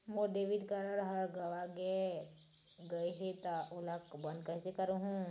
मोर debit card हर गंवा गैर गए हे त ओला बंद कइसे करहूं?